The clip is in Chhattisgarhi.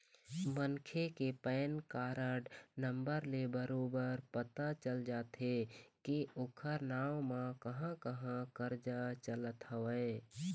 मनखे के पैन कारड नंबर ले बरोबर पता चल जाथे के ओखर नांव म कहाँ कहाँ करजा चलत हवय